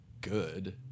good